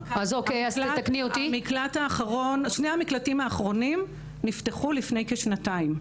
שני המקלטים האחרונים נפתחו לפני כשנתיים.